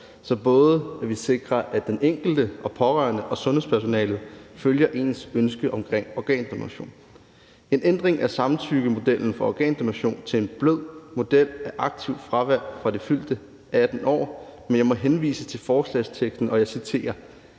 Vi skal sikre, at pårørende og sundhedspersonalet følger ens ønske omkring organdonation. Det handler om en ændring af samtykkemodellen for organdonation til en blød model med aktivt fravalg fra det fyldte 18. år, men jeg må henvise til forslagsteksten, og jeg citerer: